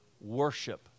worship